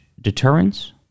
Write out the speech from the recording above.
deterrence